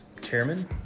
chairman